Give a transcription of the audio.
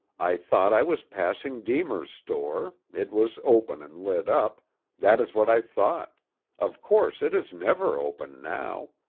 i thought i was passing deemer's store it was open and lit up that is what i thought of course it is never open now.